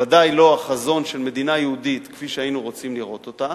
ודאי לא החזון של מדינה יהודית כפי שהיינו רוצים לראות אותה,